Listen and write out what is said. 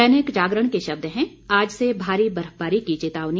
दैनिक जागरण के शब्द हैं आज से भारी बर्फबारी की चेतावनी